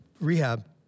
rehab